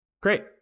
Great